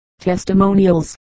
Testimonials